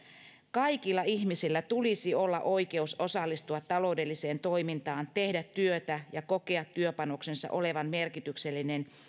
kaikilla ihmisillä tulisi olla oikeus osallistua taloudelliseen toimintaan tehdä työtä ja kokea työpanoksensa olevan merkityksellinen